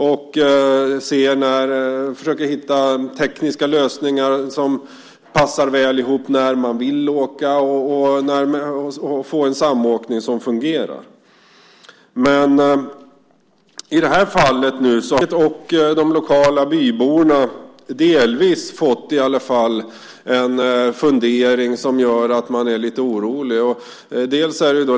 Man försöker hitta tekniska lösningar för att passa ihop tider när människor vill åka och få en samåkning som fungerar. Men i det här fallet har Vägverket och de lokala byborna nu delvis fått en fundering som gör att de är lite oroliga.